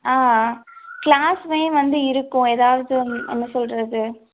ஆ க்ளாஸுமே வந்து இருக்கும் ஏதாவது உங் என்ன சொல்வது